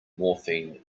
morphine